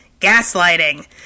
gaslighting